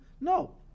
No